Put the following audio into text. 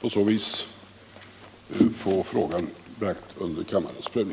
på så sätt få frågan bragt till kammarens prövning.